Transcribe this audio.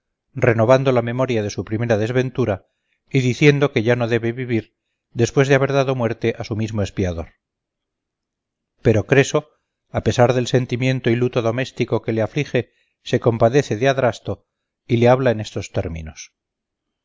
renovando la memoria de su primera desventura y diciendo que ya no debe vivir después de haber dado la muerte a su mismo expiador pero creso a pesar del sentimiento y luto doméstico que le aflige se compadece de adrasto y le habla en estos términos